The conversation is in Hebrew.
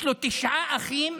יש לו תשעה אחים,